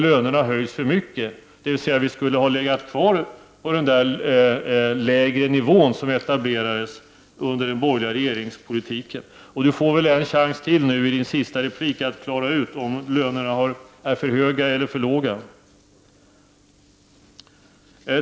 Lönerna skulle alltså ha legat kvar på den lägre nivån, som etablerades under den borgerliga regeringspolitiken. Anne Wibble får en chans till i sin sista replik att klara ut om lönerna är för höga eller för låga.